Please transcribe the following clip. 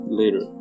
later